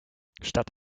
statt